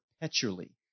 perpetually